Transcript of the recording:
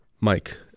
Mike